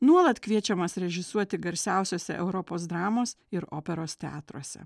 nuolat kviečiamas režisuoti garsiausiuose europos dramos ir operos teatruose